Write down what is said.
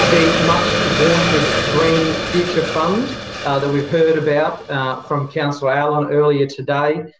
the much-vaunted green future fund that we've heard about from councillor allan earlier today,